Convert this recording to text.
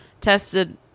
Tested